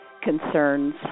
concerns